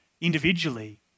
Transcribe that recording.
individually